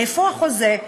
איפה החוזה?